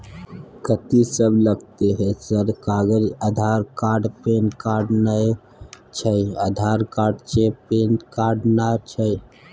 कथि सब लगतै है सर कागज आधार कार्ड पैन कार्ड नए छै आधार कार्ड छै पैन कार्ड ना छै?